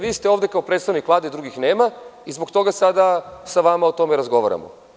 Vi ste ovde kao predstavnik Vlade, drugih nema, i zbog toga sada sa vama o tome razgovaramo.